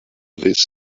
this